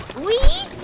we